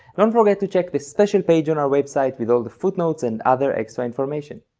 don't forget to check the special page on our website with all the footnotes and other extra information.